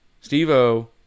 Steve-O